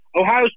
Ohio